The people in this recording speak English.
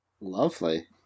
Lovely